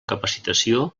capacitació